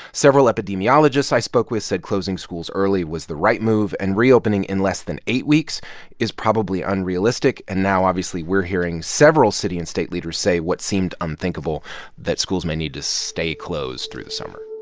several epidemiologists i spoke with said closing schools early was the right move and reopening in less than eight weeks is probably unrealistic. and now, obviously, we're hearing several city and state leaders say what seemed unthinkable that schools may need to stay closed through the summer